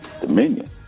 dominion